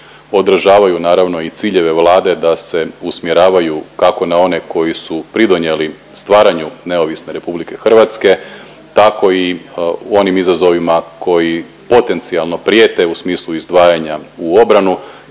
odražavaju naravno i ciljeve Vlade da se usmjeravaju kako na one koji su pridonijeli stvaranju neovisne RH tako i u onim izazovima koji potencijalno prijete u smislu izdvajanja u obranu